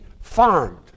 farmed